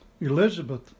Elizabeth